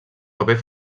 paper